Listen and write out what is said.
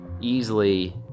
easily